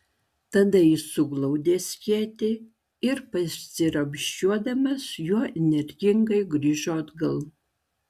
tada jis suglaudė skėtį ir pasiramsčiuodamas juo energingai grįžo atgal